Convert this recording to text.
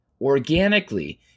organically